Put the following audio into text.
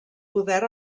poder